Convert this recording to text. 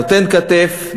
נותן כתף,